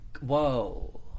whoa